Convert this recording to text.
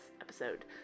episode